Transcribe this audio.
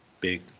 big